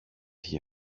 είχε